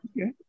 Okay